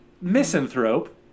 Misanthrope